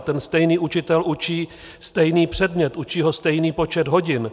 Ten stejný učitel učí stejný předmět, učí ho stejný počet hodin.